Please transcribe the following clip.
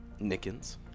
Nickens